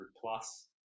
plus